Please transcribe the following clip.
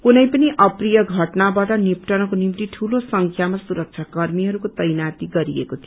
कुनै पनि अप्रिय षटनाबाट निपटनको निम्ति ठूलो संख्यामा सुरक्षा कर्मिहरूको तैनाती गरिएको थियो